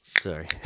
Sorry